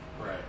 right